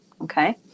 okay